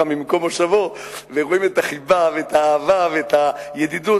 ממקום מושבו ורואים את החיבה ואת האהבה ואת הידידות.